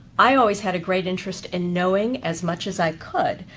i always had a great interest in knowing as much as i could.